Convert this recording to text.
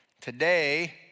Today